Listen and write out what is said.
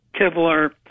Kevlar